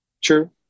True